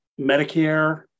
Medicare